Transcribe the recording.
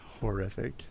horrific